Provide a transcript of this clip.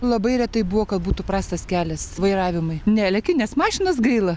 labai retai buvo kad būtų prastas kelias vairavimui neleki nes mašinos gaila